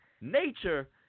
Nature